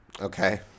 Okay